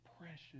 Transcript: precious